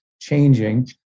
changing